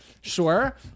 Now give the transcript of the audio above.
sure